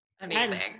Amazing